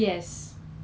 to buy